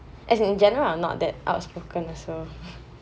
as in in general I am not that outspoken also